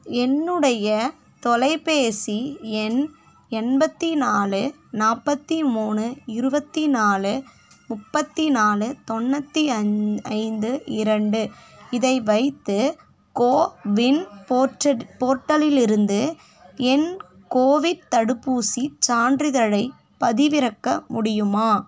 என்னுடைய தொலைபேசி எண் எண்பத்தி நாலு நாற்பத்தி மூணு இருபத்தி நாலு முப்பத்தி நாலு தொண்ணூற்றி ஐந்து இரண்டு இதை வைத்து கோவின் போர்ட்டல் போர்ட்டலில் இருந்து என் கோவிட் தடுப்பூசி சான்றிதழை பதிவிறக்க முடியுமா